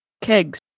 Kegs